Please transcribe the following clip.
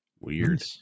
Weird